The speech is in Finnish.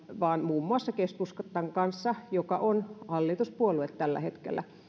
vaan muun muassa keskustan kanssa joka on hallituspuolue tällä hetkellä